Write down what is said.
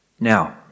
Now